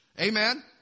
Amen